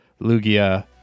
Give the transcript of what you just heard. Lugia